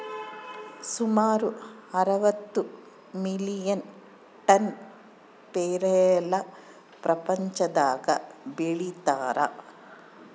ಸುಮಾರು ಅರವತ್ತು million ton ಪೇರಲ ಪ್ರಪಂಚದಾಗ ಬೆಳೀತಾರ